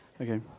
Okay